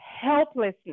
helplessness